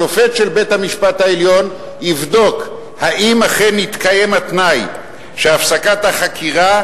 שופט של בית-המשפט העליון יבדוק אם אכן התקיים התנאי שהפסקת החקירה